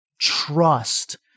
trust